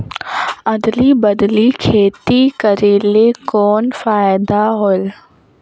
अदली बदली खेती करेले कौन फायदा होयल?